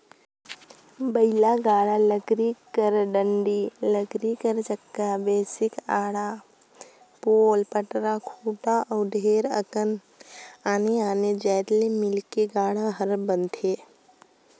बइला गाड़ा लकरी कर डाड़ी, लकरी कर चक्का, बैसकी, आड़ा, पोल, पटरा, खूटा अउ ढेरे अकन आने आने जाएत ले मिलके गाड़ा हर बनथे